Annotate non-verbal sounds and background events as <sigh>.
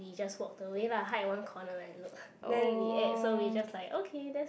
we just walked away lah hide one corner and look <breath> then it ate so we just like okay that's